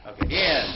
again